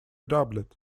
doubled